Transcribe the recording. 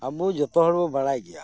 ᱟᱵᱚ ᱡᱚᱛᱚ ᱦᱚᱲ ᱵᱚᱱ ᱵᱟᱲᱟᱭ ᱜᱮᱭᱟ